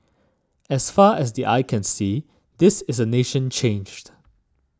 as far as the eye can see this is a nation changed